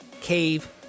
cave